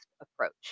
approach